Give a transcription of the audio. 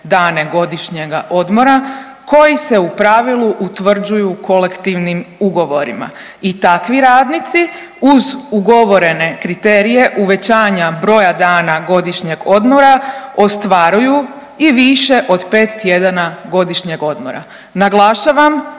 dane godišnjega odmora koji se u pravilu utvrđuju kolektivnim ugovorima i takvi radnici uz ugovorene kriterije uvećanja broja dana godišnjeg odmora ostvaruju i više od 5 tjedana godišnjeg odmora. Naglašavam